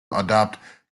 adopt